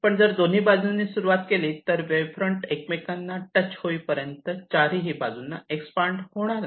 पण जर दोन्ही बाजूंनी सुरुवात केली तर वेव्ह फ्रंट एकमेकांना टच होईपर्यंत चारही बाजूंना एक्सपांड होणार नाही